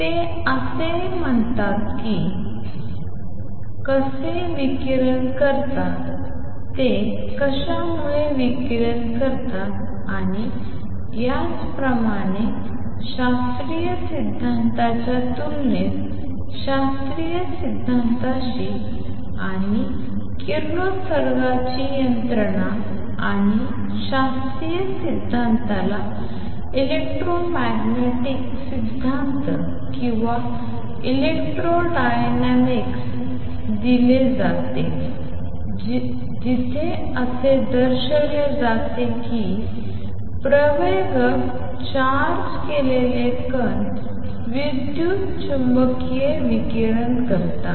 ते असे म्हणतात की ते कसे विकिरण करतात ते कशामुळे विकिरण करतात आणि याप्रमाणे शास्त्रीय सिद्धांताच्या तुलनेत शास्त्रीय सिद्धांताशी आणि किरणोत्सर्गाची यंत्रणा आणि शास्त्रीय सिद्धांताला इलेक्ट्रोमॅग्नेटिक सिद्धांत किंवा इलेक्ट्रोडायनामिक्स दिले जाते जेथे असे दर्शविले जाते की प्रवेगक चार्ज केलेले कण विद्युत चुंबकीय विकिरण करतात